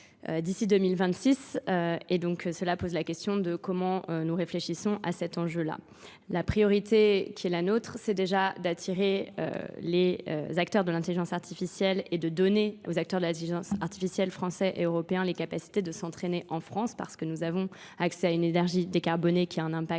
d'ici 2026 et donc cela pose la question de comment nous réfléchissons à cet enjeu-là. La priorité qui est la nôtre, c'est déjà d'attirer les acteurs de l'intelligence artificielle et de donner aux acteurs de l'intelligence artificielle français et européens les capacités de s'entraîner en France parce que nous avons accès à une énergie décarbonée qui a un impact